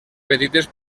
petites